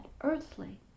earthly